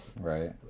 Right